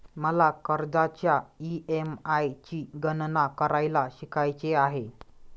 मला कर्जाच्या ई.एम.आय ची गणना करायला शिकायचे आहे